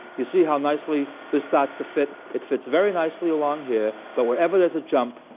you see how nicely this starts to fit? it fits very nicely along here. but wherever there's a jump,